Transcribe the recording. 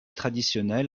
traditionnel